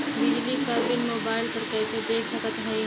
बिजली क bill mobile पर कईसे देख सकत हई?